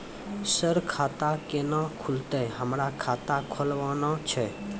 Sir खाता केना खुलतै, हमरा खाता खोलवाना छै?